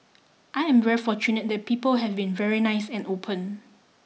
I am very fortunate that people have been very nice and open